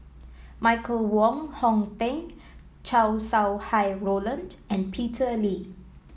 Michael Wong Hong Teng Chow Sau Hai Roland and Peter Lee